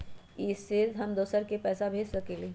इ सेऐ हम दुसर पर पैसा भेज सकील?